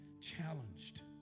challenged